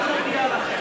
חברי הכנסת,